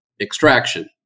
extraction